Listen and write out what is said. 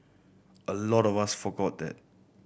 a lot of us forgot that